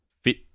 fit